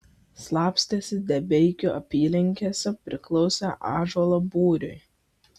slapstėsi debeikių apylinkėse priklausė ąžuolo būriui